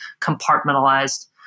compartmentalized